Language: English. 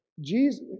Jesus